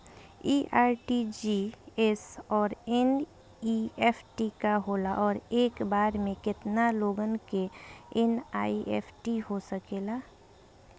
इ आर.टी.जी.एस और एन.ई.एफ.टी का होला और एक बार में केतना लोगन के एन.ई.एफ.टी हो सकेला?